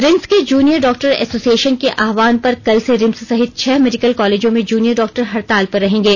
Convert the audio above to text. RIMS के junior doctor association के आहवान पर कल से रिम्स सहित छह मेडिकल कॉलेजों में जूनियर डॉक्टर हड़ताल पर रहेंगे